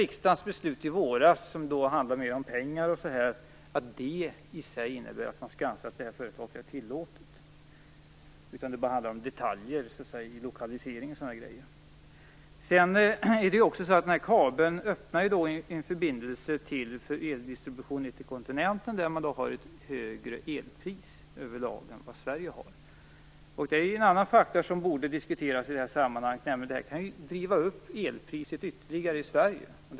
Riksdagens beslut i våras handlade mer om pengar, och det innebär inte i sig att man skall anse att detta företag är tillåtet. Det beslutet handlade om detaljer, bl.a. lokalisering. Kabeln öppnar en förbindelse för eldistribution till kontinenten, där man över lag har ett högre elpris än vad Sverige har. Detta är en faktor som borde diskuteras närmare i sammanhanget; det kan nämligen driva upp elpriset ytterligare i Sverige.